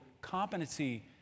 competency